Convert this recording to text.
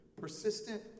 persistent